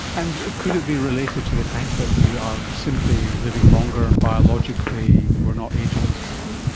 and could it be related to the fact that we are simply living longer and biologically we are not ageing as quickly?